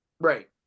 Right